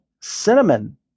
cinnamon